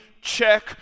check